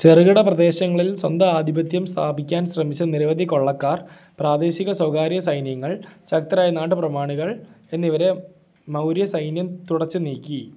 ചെറുകിട പ്രദേശങ്ങളിൽ സ്വന്തം ആധിപത്യം സ്ഥാപിക്കാൻ ശ്രമിച്ച നിരവധി കൊള്ളക്കാർ പ്രാദേശിക സ്വകാര്യ സൈന്യങ്ങൾ ശക്തരായ നാട്ടുപ്രമാണികൾ എന്നിവരെ മൗര്യ സൈന്യം തുടച്ചു നീക്കി